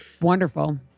wonderful